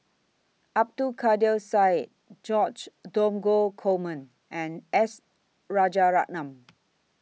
Abdul Kadir Syed George Dromgold Coleman and S Rajaratnam